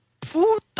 puta